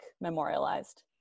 memorialized